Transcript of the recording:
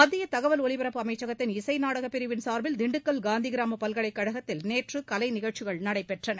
மத்திய தகவல் ஒலிபரப்பு அமைச்சகத்தின் இசை நாடகப் பிரிவின் சார்பில் திண்டுக்கல் காந்திகிராம பல்கலைக் கழகத்தில் நேற்று கலைநிகழ்ச்சிகள் நடைபெற்றன